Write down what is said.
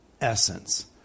essence